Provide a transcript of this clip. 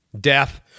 death